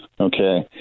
Okay